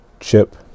chip